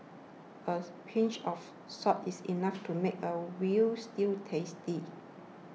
a pinch of salt is enough to make a Veal Stew tasty